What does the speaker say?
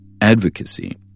Advocacy